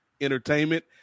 entertainment